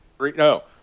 No